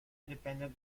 independent